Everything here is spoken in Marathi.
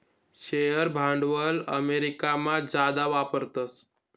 शेअर भांडवल अमेरिकामा जादा वापरतस